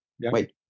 Wait